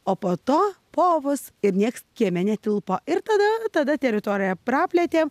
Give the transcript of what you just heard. o po to povus ir nieks kieme netilpo ir tada tada teritoriją praplėtėm